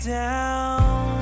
down